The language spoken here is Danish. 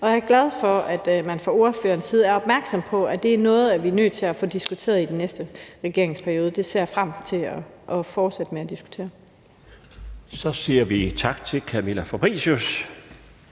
Og jeg er glad for, at man fra ordførerens side er opmærksom på, at det er noget, vi er nødt til at få diskuteret i den næste regeringsperiode. Det ser jeg frem til fortsat at diskutere. Kl. 15:52 Den fg. formand